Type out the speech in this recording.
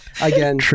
again